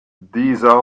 dieser